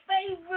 favorite